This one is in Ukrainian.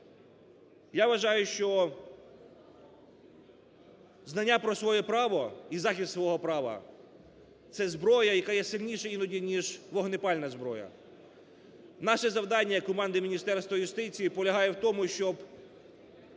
Я вважаю, що знання про своє право і захист свого права – це зброя, яка є сильнішою іноді, ніж вогнепальна зброя. Наше завдання як команди Міністерства юстиції полягає в тому, щоб